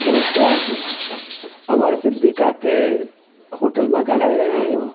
नमश्कार तव्हां सिंधी काके होटल मां ॻाल्हाए रहिया आयो